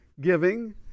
giving